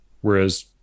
Whereas